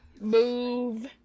move